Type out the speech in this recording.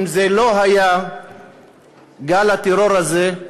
אם לא היה גל הטרור הזה,